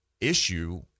issue